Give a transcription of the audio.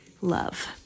love